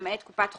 למעט קופת חולים,